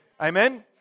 Amen